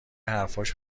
حرفاش